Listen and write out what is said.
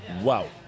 Wow